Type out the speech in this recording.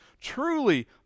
Truly